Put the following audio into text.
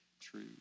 true